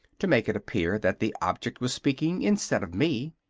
to make it appear that the object was speaking instead of me.